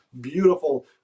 beautiful